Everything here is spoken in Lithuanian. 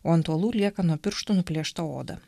o ant uolų lieka nuo pirštų nuplėšta oda